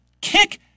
kick